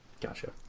gotcha